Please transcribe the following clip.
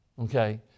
Okay